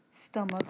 stomach